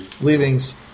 leavings